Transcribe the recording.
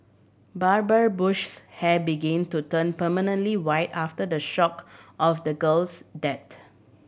Barbara Bush's hair begin to turn prematurely white after the shock of the girl's death